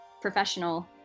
professional